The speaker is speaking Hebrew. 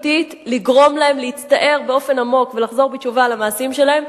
לגרום להם להצטער באופן עמוק ולחזור בתשובה על המעשים שלהם,